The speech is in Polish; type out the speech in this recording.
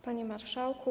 Panie Marszałku!